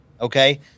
Okay